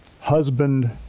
husband